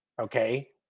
okay